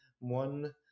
one